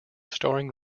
starring